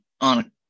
on